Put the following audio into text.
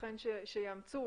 וייתכן שיאמצו.